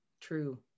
True